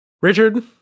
Richard